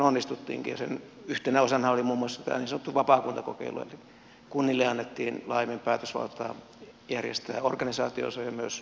sen yhtenä osana oli muun muassa tämä niin sanottu vapaakuntakokeilu että kunnille annettiin laajemmin päätösvaltaa järjestää organisaationsa ja myös toimintojaan